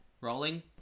Rolling